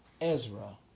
Ezra